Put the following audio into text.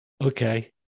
Okay